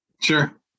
Sure